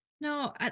No